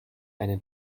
einen